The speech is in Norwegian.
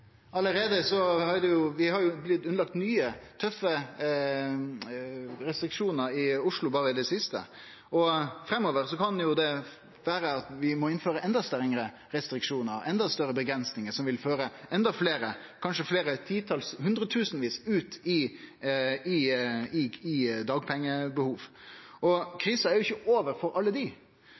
Vi har blitt underlagt nye, tøffe restriksjonar i Oslo berre i det siste. Framover kan vi kanskje måtte innføre enda strengare restriksjonar, enda større avgrensingar, som vil føre enda fleire – kanskje hundretusenvis – ut i eit dagpengebehov. Krisa er jo ikkje over for alle dei.